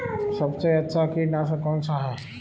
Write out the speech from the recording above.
सबसे अच्छा कीटनाशक कौनसा है?